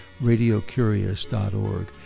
radiocurious.org